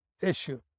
issue